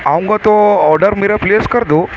آؤں گا تو آڈر میرا پلیس کر دو